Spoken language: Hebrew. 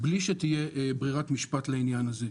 בלי שתהיה ברירת משפט לעניין הזה.